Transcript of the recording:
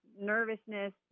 nervousness